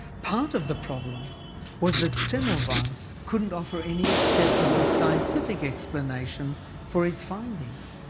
part of the problem was that semmelweis so couldn't offer any acceptable scientific explanation for his findings.